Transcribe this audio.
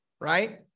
right